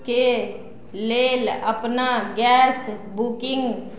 के लेल अपना गैस बुकिंग